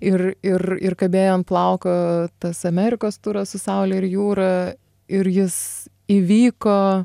ir ir ir kabėjo ant plauko tas amerikos turas su saule ir jūra ir jis įvyko